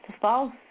false